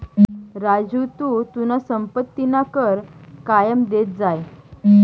राजू तू तुना संपत्तीना कर कायम देत जाय